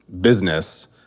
business